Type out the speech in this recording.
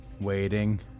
waiting